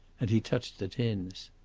and he touched the tins.